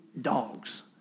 dogs